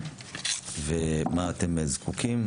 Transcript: ולמה אתם זקוקים.